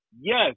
yes